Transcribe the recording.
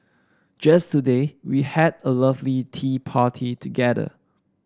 just today we had a lovely tea party together